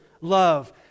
love